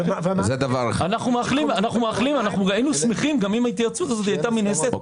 אנחנו היינו שמחים שההתייעצות הזאת היתה נעשית הדדית.